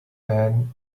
man